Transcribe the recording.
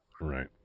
Right